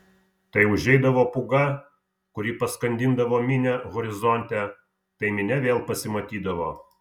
tai užeidavo pūga kuri paskandindavo minią horizonte tai minia vėl pasimatydavo